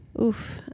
Oof